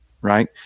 right